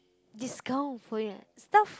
discount for yet staff